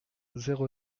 zéro